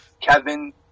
Kevin